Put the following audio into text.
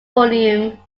volume